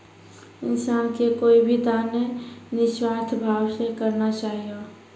इंसान के कोय भी दान निस्वार्थ भाव से करना चाहियो